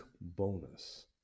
bonus